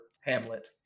Hamlet